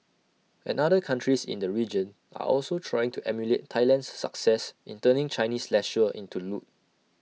another countries in the region are also trying to emulate Thailand's success in turning Chinese leisure into loot